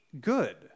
good